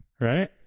right